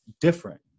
different